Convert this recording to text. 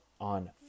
on